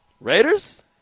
Raiders